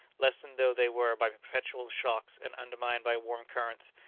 lessened though they were by perpetual shocks and undermined by warm currents,